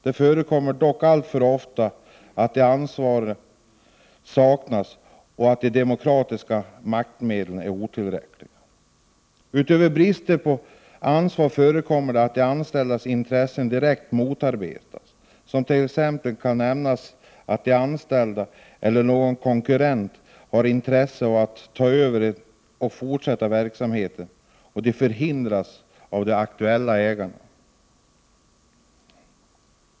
Det förekommer dock alltför ofta att detta ansvar saknas och att de demokratiska maktmedlen är otillräckliga. Utöver brist på ansvar förekommer det att de anställdas intressen direkt motarbetas. Som exempel kan nämnas att de anställda eller någon konkurrent har intresse av att ta över och fortsätta verksamheten men detta förhindras av den aktuelle ägaren.